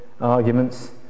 arguments